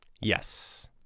Yes